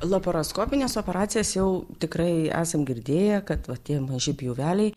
laparoskopines operacijas jau tikrai esam girdėję kad va tie maži pjūveliai